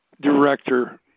director